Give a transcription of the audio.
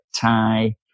tie